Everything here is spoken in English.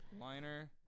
liner